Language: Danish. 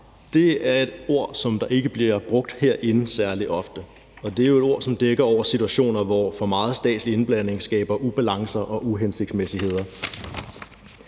der ikke særlig ofte bliver brugt herinde. Det er jo et ord, som dækker over situationer, hvor for meget statslig indblanding skaber ubalancer og uhensigtsmæssigheder.